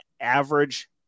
average